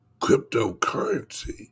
cryptocurrency